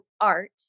art